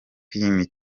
iyi